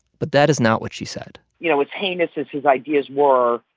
but that is not what she said you know, as heinous as his ideas were,